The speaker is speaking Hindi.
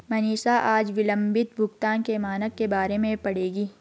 मनीषा आज विलंबित भुगतान के मानक के बारे में पढ़ेगी